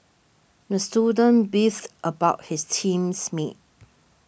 the student beefed about his teams mates